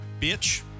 bitch